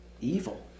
evil